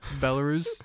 Belarus